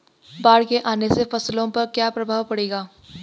बाढ़ के आने से फसलों पर क्या प्रभाव पड़ेगा?